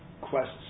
Quests